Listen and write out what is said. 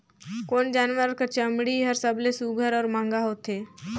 कोन जानवर कर चमड़ी हर सबले सुघ्घर और महंगा होथे?